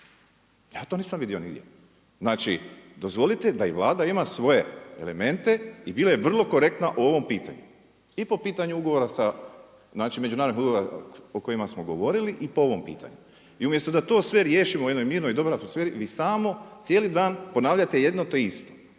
Ja to nisam vidio nigdje. Znači dozvolite da i Vlada ima svoje elemente i bila je vrlo korektna po ovom pitanju i po pitanju međunarodnih ugovora o kojima smo govorili i po ovom pitanju. I umjesto da to sve riješimo u jednom mirnoj i dobroj atmosferi, vi samo cijeli dan ponavljate jedno te isto,